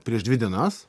prieš dvi dienas